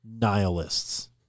nihilists